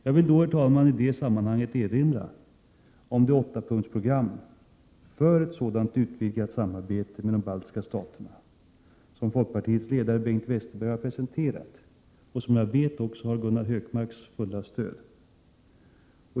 Jag vill, herr talman, i detta sammanhang erinra om det 8-punktsprogram för ett sådant här utvidgat samarbete med de baltiska staterna som folkpartiets ledare Bengt Westerberg har presenterat och som jag vet även har Gunnar Hökmarks fulla stöd.